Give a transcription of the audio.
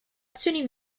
azioni